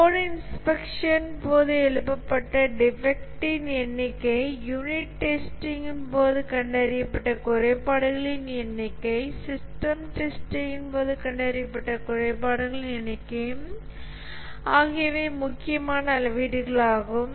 code inspection போது எழுப்பப்பட்ட டிஃபெக்ட்டின் எண்ணிக்கை யூனிட் டெஸ்டிங் போது கண்டறியப்பட்ட குறைபாடுகளின் எண்ணிக்கை சிஸ்டம் டெஸ்டிங் போது கண்டறியப்பட்ட குறைபாடுகளின் எண்ணிக்கை ஆகியவை முக்கியமான அளவீடுகளாகும்